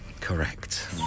Correct